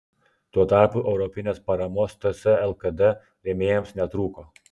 tuo tarpu europinės paramos ts lkd rėmėjams netrūko